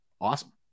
Awesome